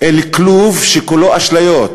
אל כלוב שכולו אשליות.